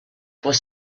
was